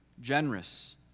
generous